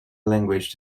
language